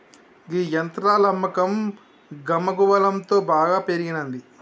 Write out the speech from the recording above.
గీ యంత్రాల అమ్మకం గమగువలంతో బాగా పెరిగినంది